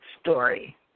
story